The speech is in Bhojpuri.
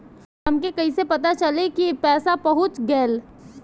हमके कईसे पता चली कि पैसा पहुच गेल?